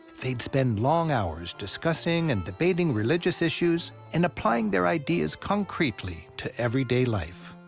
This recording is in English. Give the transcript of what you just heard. they'd spend long hours discussing and debating religious issues and applying their ideas concretely to everyday life.